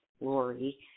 Lori